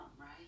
Right